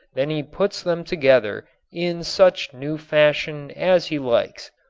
then he puts them together in such new fashion as he likes.